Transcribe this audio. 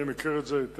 אני מכיר את זה היטב,